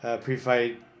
pre-fight